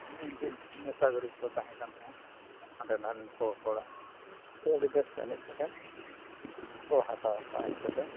ᱢᱤᱫ ᱫᱤᱱ ᱠᱚ ᱛᱟᱦᱮᱸᱠᱟᱱ ᱛᱟᱦᱮᱸᱫ ᱦᱟᱸᱰᱮ ᱱᱟᱰᱮᱱ ᱠᱚ ᱦᱚᱲᱟᱜ ᱛᱳ ᱟᱹᱰᱤ ᱵᱮᱥ ᱮᱱᱮᱡ ᱠᱟᱛᱮᱫ ᱠᱚ ᱦᱟᱛᱟᱣ ᱠᱟᱜᱼᱟ ᱩᱱᱠᱩ ᱫᱚ